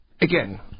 again